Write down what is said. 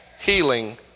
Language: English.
healing